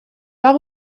pas